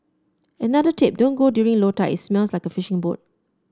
another tip don't go during low tide it smells like a fishing boat